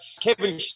Kevin